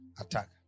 attack